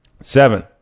Seven